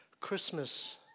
Christmas